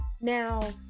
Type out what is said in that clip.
Now